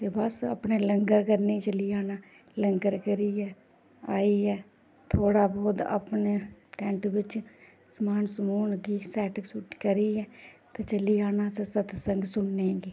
ते बस अपने लंगर कन्नी चली जाना लंगर करियै आइयै थोह्ड़ा बोह्त अपने टैन्ट बिच्च समान समून गी सैट्ट सुट्ट करियै ते चली जाना असें सतसंग सुनने गी